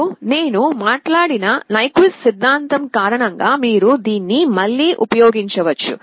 ఇప్పుడు నేను మాట్లాడిన న్యూక్విస్ట్ సిద్ధాంతం కారణం గా మీరు దీన్ని మళ్ళీ ఉపయోగించవచ్చు